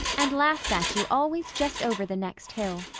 and laughs at you always just over the next hill.